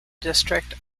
district